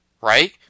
right